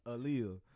Aaliyah